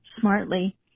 smartly